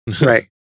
Right